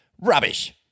rubbish